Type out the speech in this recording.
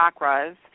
chakras